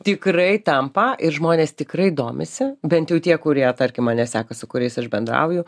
tikrai tampa ir žmonės tikrai domisi bent jau tie kurie tarkim mane seka su kuriais aš bendrauju